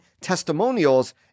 testimonials